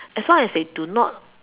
as long as they do not